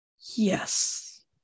Yes